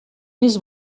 més